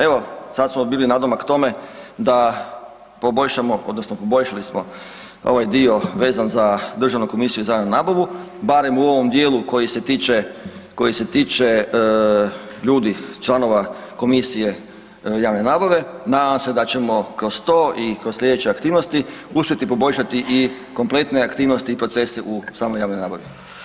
Evo, sad smo bili nadomak tome da poboljšamo odnosno poboljšali smo ovaj dio vezan za Državnu komisiju za javnu nabavu, barem u ovom djelu koji se tiče ljudi, članova komisije javne nabave, nadam se da ćemo kroz to i kroz slijedeće aktivnosti, uspjeti poboljšati i kompletne aktivnosti i procese u samoj javnoj nabavi.